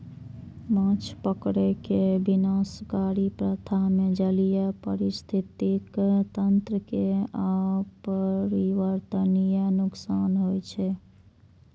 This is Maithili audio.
माछ पकड़ै के विनाशकारी प्रथा मे जलीय पारिस्थितिकी तंत्र कें अपरिवर्तनीय नुकसान होइ छै